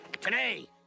today